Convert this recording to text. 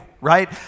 right